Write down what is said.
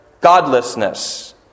godlessness